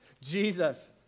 Jesus